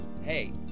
hey